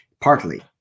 Partly